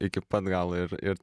iki pat galo ir ir